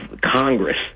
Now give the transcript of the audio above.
Congress